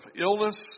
illness